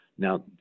Now